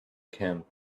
camp